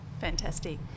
Fantastic